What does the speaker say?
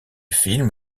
film